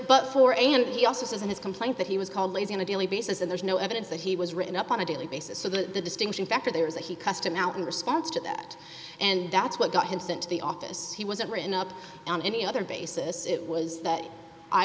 but for and he also says in his complaint that he was called lazy on a daily basis and there's no evidence that he was written up on a daily basis so the distinction factor there is that he custom now in response to that and that's what got him sent to the office he wasn't written up on any other basis it was that i